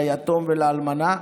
ליתום ולאלמנה,